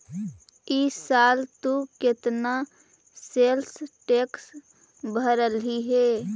ई साल तु केतना सेल्स टैक्स भरलहिं हे